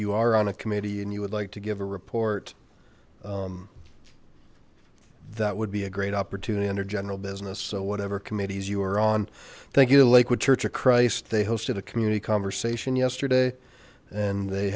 you are on a committee and you would like to give a report that would be a great opportunity under general business so whatever committees you are on thank you lakewood church of christ they hosted a community conversation yesterday and they